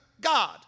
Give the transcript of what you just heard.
God